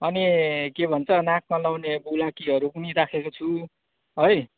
अनि के भन्छ नाकमा लगाउँने बुलाकीहरू पनि राखेको छु है